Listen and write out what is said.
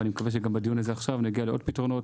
ואני מקווה שגם בדיון הזה עכשיו נגיע לעוד פתרונות,